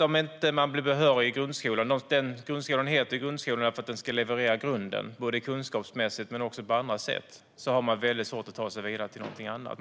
Om man inte blir behörig i grundskolan - grundskolan heter ju grundskolan därför att den ska leverera grunden både kunskapsmässigt och på andra sätt - har man väldigt svårt att ta sig vidare till någonting annat.